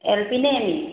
L P নে M ই